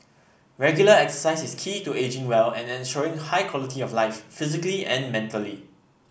regular exercise is key to ageing well and ensuring a high quality of life physically and mentally